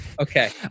Okay